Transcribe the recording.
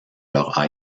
leur